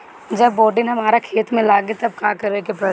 जब बोडिन हमारा खेत मे लागी तब का करे परी?